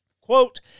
Quote